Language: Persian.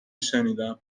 شنیدم